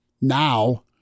now